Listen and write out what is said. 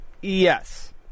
Yes